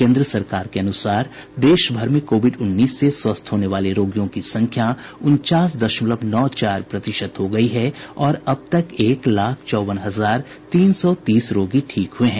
केन्द्र सरकार के अनुसार देश भर में कोविड उन्नीस से स्वस्थ होने वाले रोगियों की संख्या उनचास दशमलव नौ चार प्रतिशत हो गई है और अब तक एक लाख चौवन हजार तीन सौ तीस रोगी ठीक हुए हैं